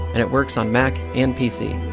and it works on mac and pc.